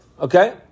Okay